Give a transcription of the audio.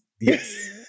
yes